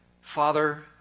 Father